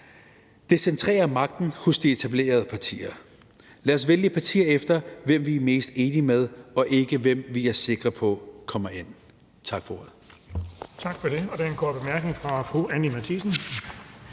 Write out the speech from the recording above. Det centrerer magten hos de etablerede partier. Lad os vælge parti efter, hvem vi er mest enige med, og ikke, hvem vi er sikre på kommer ind. Tak for ordet.